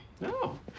No